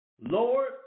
Lord